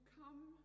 come